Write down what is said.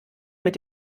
mit